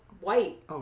white